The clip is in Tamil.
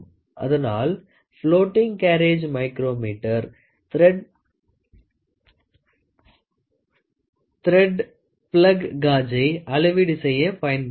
அதனால் floating carriage micrometer thread plug காஜை அளவீடு செய்ய பயன்படுகிறது